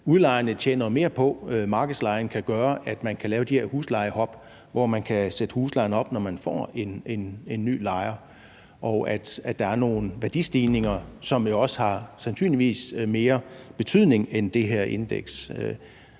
udlejerne tjener jo mere på, at markedslejen kan gøre, at man kan lave de her huslejehop, hvor man kan sætte huslejen op, når man får en ny lejer, og at der er nogle værdistigninger, som jo sandsynligvis også har mere betydning end det her indeks.